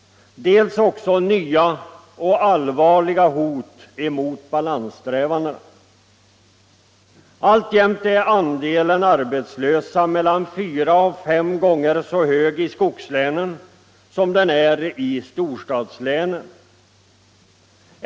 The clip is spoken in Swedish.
Dels har vi också nya och allvarliga hot emot balanssträvandena. Alltjämt är andelen arbetslösa mellan fyra och fem gånger så hög i skogslänen som den är i storstadslänen.